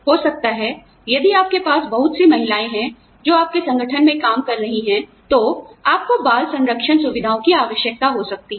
हो सकता है यदि आपके पास बहुत सी महिलाएं हैं जो आपके संगठन में काम कर रही हैं तो आपको बाल संरक्षण सुविधाओं की आवश्यकता हो सकती है